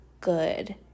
good